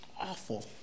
Awful